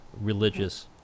religious